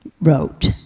wrote